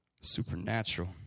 Supernatural